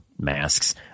masks